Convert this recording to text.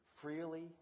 freely